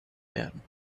werden